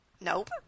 nope